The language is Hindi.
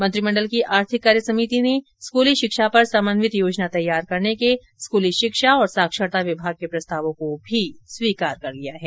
मंत्रिमंडल की आर्थिक कार्य समिति ने स्कूली शिक्षा पर समन्वित योजना तैयार करने के स्कूली शिक्षा और साक्षरता विभाग के प्रस्तावों को भी स्वीकार कर लिया है